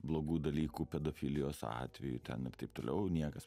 blogų dalykų pedofilijos atvejų ten ir taip toliau niekas